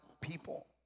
people